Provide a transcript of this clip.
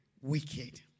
wicked